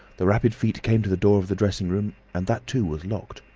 the rapid feet came to the door of the dressing-room and that too was locked.